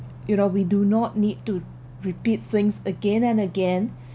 you know we do not need to repeat things again and again